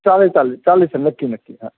चालेल चालेल चालेल सर नक्की नक्की हां